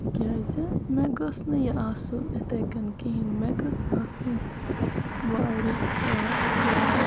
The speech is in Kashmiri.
تکیازِ مےٚ گوٚژھ نہٕ یہِ آسُن اِتھے کنۍ کِہیٖنۍ مےٚ گٔژھ آسٕنۍ واریاہ صاف جاے